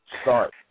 start